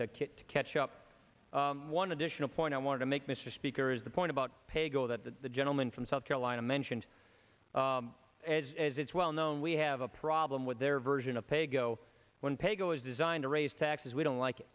it to catch up one additional point i want to make mr speaker is the point about paygo that the gentleman from south carolina mentioned as as it's well known we have a problem with their version of pay go when pay go is designed to raise taxes we don't like